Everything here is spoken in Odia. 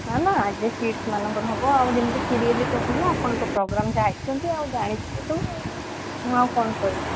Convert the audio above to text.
ନା ନା ଆଗେ କିଡ୍ସ୍ମାନଙ୍କର ହେବ ଆଉ ଯେମିତି ସିରିଏଲି ତ ହୁଏ ଆପଣ ତ ପୋଗ୍ରାମକୁ ଆସିଛନ୍ତି ଆଉ ଜାଣିଥିବେ ସବୁ ଆଉ ମୁଁ ଆଉ କ'ଣ କହିବି